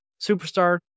superstar